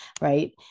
right